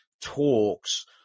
talks